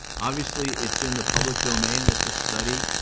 obviously, it's in the public domain that this study,